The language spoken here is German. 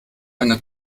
eine